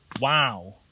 Wow